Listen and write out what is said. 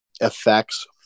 effects